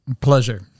pleasure